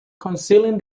concealing